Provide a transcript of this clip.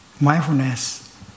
mindfulness